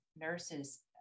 nurses